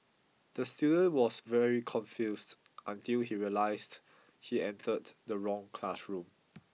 the student was very confused until he realised he entered the wrong classroom